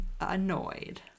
annoyed